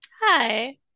Hi